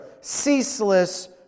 ceaseless